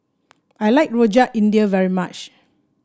I like Rojak India very much